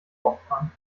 opfern